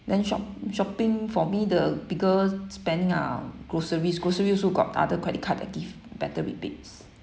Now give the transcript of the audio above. then shop shopping for me the bigger spending ah groceries grocery also got other credit card that give better rebates